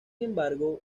embargo